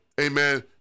amen